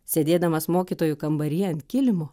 sėdėdamas mokytojų kambaryje ant kilimo